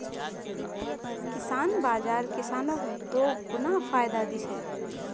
किसान बाज़ार किसानक दोगुना फायदा दी छे